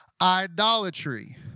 Idolatry